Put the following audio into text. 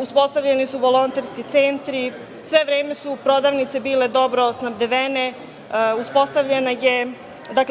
uspostavljeni su volonterski centri. Sve vreme su prodavnice bile dobro snabdevene. Uspostavljena je